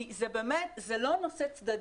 כי זה לא נושא צדדי.